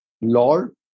Lord